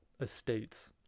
estates